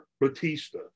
Batista